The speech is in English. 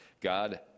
God